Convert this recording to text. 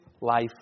life